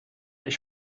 ich